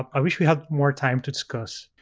i wish we had more time to discuss.